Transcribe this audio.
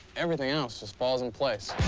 everything else just falls in place.